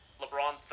LeBron